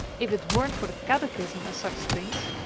if it weren't for the catechism and such things,